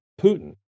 Putin